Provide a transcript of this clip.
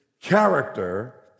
character